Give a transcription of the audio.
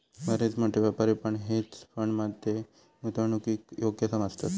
बरेच मोठे व्यापारी पण हेज फंड मध्ये गुंतवणूकीक योग्य समजतत